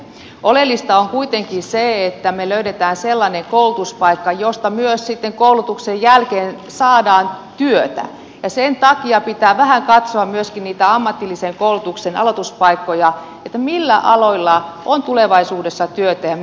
oleellista on kuitenkin se että me löydämme sellaisen koulutuspaikan josta myös sitten koulutuksen jälkeen saadaan työtä ja sen takia pitää vähän katsoa myöskin ammatillisen koulutuksen aloituspaikkoja millä aloilla on tulevaisuudessa työtä ja millä ei